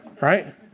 right